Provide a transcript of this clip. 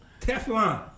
Teflon